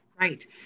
Right